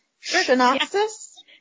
synopsis